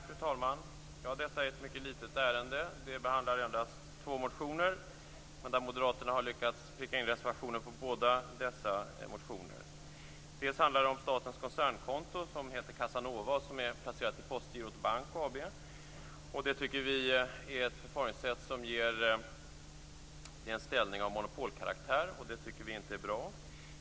Fru talman! Detta är ett mycket litet ärende. Det behandlar endast två motioner. Men Moderaterna har lyckats pricka in reservationer gällande båda dessa motioner. Först handlar det om statens koncernkonto, som heter Cassanova. Det är placerat i Postgirot Bank AB. Det tycker vi är ett förfaringssätt som ger en ställning av monopolkaraktär, och det tycker vi inte är bra.